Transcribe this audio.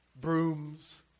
brooms